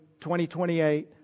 2028